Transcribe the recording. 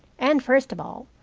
and, first of all,